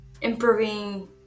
improving